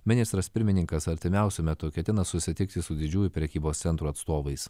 ministras pirmininkas artimiausiu metu ketina susitikti su didžiųjų prekybos centrų atstovais